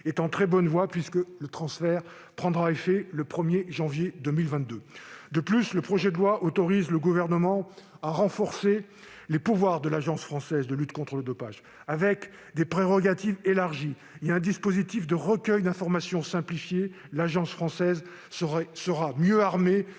est en très bonne voie, puisque le transfert prendra effet le 1 janvier 2022. Le projet de loi autorise en outre le Gouvernement à renforcer les pouvoirs de l'Agence française de lutte contre le dopage. Avec des prérogatives élargies et un dispositif de recueil d'informations simplifié, l'AFLD sera mieux armée